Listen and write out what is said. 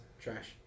Trash